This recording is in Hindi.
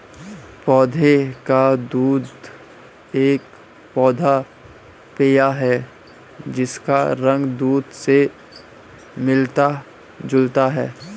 पौधे का दूध एक पौधा पेय है जिसका रंग दूध से मिलता जुलता है